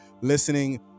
listening